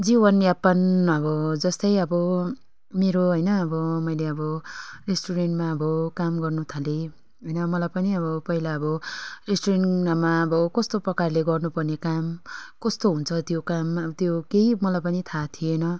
जीवनयापन अब जस्तै अब मेरो होइन अब मैले अब रेस्टुरेन्टमा अब काम गर्नु थालेँ होइन मलाई पनि अब पहिला अब रेस्टुरेन्टमा अब कस्तो प्रकारले गर्नु पर्ने काम कस्तो हुन्छ त्यो काम अब त्यो केही मलाई पनि थाहा थिएन